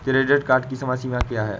Credit card की समय सीमा क्या है?